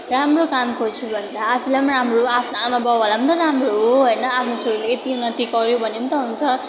राम्रो काम खोज्यो भने त आफूलाई पनि राम्रो हो आफ्नो आमाबाउहरूलाई पनि त राम्रो हो होइन आफ्नो छोरीले यति उन्नति गऱ्यो भन्ने पनि त हुन्छ